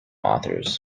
authors